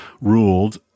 ruled